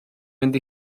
mynd